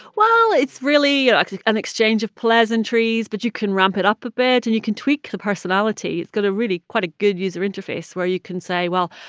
well, it's really ah an exchange of pleasantries, but you can ramp it up a bit and you can tweak the personality. it's got a really quite a good user interface where you can say, well,